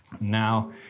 now